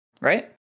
Right